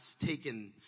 taken